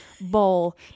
bowl